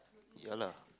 ya lah